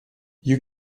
you